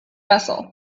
vessel